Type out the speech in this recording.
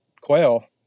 quail